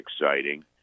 exciting